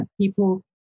people